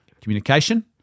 communication